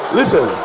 Listen